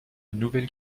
nouvelles